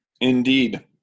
Indeed